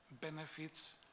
benefits